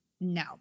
No